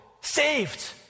saved